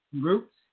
groups